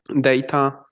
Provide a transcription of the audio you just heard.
data